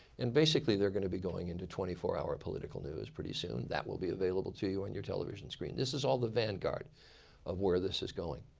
and basically they're going to be going into twenty four hour political news pretty soon. that will be available to you on your television screen. this is all the vanguard of where this is going.